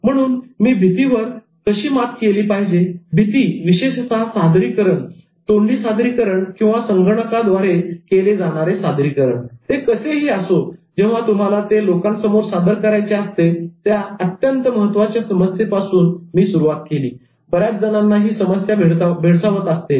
म्हणून मी 'भीतीवर कशी मात केली पाहिजे' भीती विशेषतः सादरीकरण तोंडी सादरीकरण किंवा संगणकाद्वारे केले जाणारे सादरीकरण ते कसेही असो जेव्हा तुम्हाला ते लोकांसमोर सादर करायचे असते या अत्यंत महत्त्वाच्या समस्येपासून सुरुवात केली बऱ्याच जणांना ही समस्या भेडसावत असते